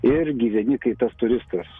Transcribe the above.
ir gyveni kaip tas turistas